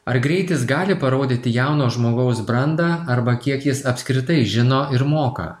ar greitis gali parodyti jauno žmogaus brandą arba kiek jis apskritai žino ir moka